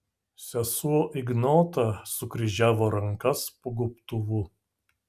sesuo ignota sukryžiavo rankas po gobtuvu